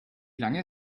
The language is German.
lange